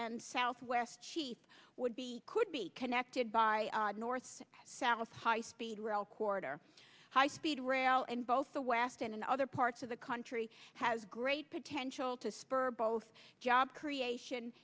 and southwest chief would be could be connected by north savile's high speed rail corridor high speed rail in both the west and in other parts of the country has great potential to spur both job creation